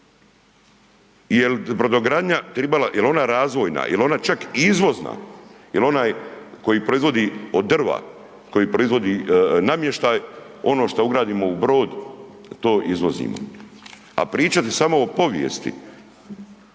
Jel brodogradnja tribala, jel ona razvojna, jel ona čak izvozna? Jel onaj koji proizvodi od drva, koji proizvodi namještaj, ono šta ugradimo u brod to izvozimo. A pričati samo o povijesti